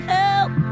help